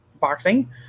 boxing